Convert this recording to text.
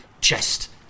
chest